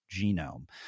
genome